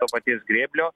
to paties grėblio